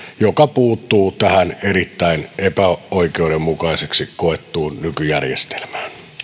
joka puuttuu tähän erittäin epäoikeudenmukaiseksi koettuun nykyjärjestelmään